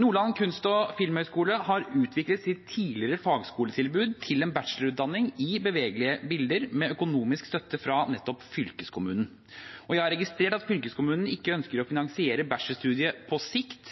Nordland kunst- og filmhøgskole har utviklet sitt tidligere fagskoletilbud til en bachelorutdanning i bevegelige bilder med økonomisk støtte fra fylkeskommunen. Jeg har registrert at fylkeskommunen ikke ønsker å finansiere bachelorstudiet på sikt,